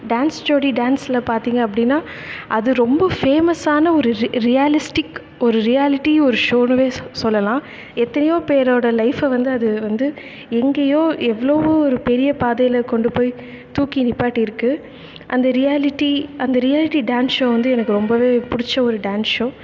dance Jodi டான்ஸில் பார்த்திங்க அப்படின்னா அது ரொம்ப ஃபேமஸான ஒரு ரி ரியாலிஸ்டிக் ஒரு ரியாலிட்டி ஒரு ஷோனுவே சொ சொல்லலாம் எத்தனையோ பேரோடய லைஃபை வந்து அது வந்து எங்கேயோ எவ்வளோவோ ஒரு பெரிய பாதையில் கொண்டு போய் தூக்கி நிப்பாட்டிருக்குது அந்த ரியாலிட்டி அந்த ரியாலிட்டி டான்ஸ் ஷோ வந்து எனக்கு ரொம்பவே பிடிச்ச ஒரு டான்ஸ் ஷோ